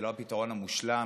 זה לא הפתרון המושלם,